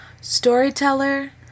storyteller